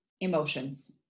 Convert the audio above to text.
emotions